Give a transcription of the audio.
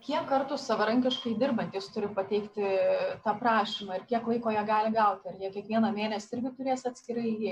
kiek kartų savarankiškai dirbantys turi pateikti tą prašymą ir kiek laiko jie gali gauti ar jie kiekvieną mėnesį irgi turės atskirai